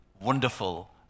wonderful